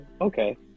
okay